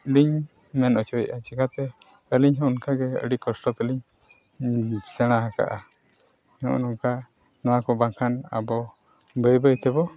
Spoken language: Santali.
ᱞᱤᱧ ᱢᱮᱱ ᱦᱚᱪᱚᱭᱮᱫᱼᱟ ᱪᱮᱠᱟᱛᱮ ᱟᱹᱞᱤᱧ ᱦᱚᱸ ᱚᱱᱠᱟᱜᱮ ᱟᱹᱰᱤ ᱠᱚᱥᱴᱚ ᱛᱮᱞᱤᱧ ᱥᱮᱬᱟ ᱟᱠᱟᱫᱼᱟ ᱱᱚᱜᱼᱚ ᱱᱚᱝᱠᱟ ᱱᱚᱣᱟ ᱠᱚ ᱵᱟᱝᱠᱷᱟᱱ ᱟᱵᱚ ᱵᱟᱹᱭᱼᱵᱟᱹᱭ ᱛᱮᱵᱚ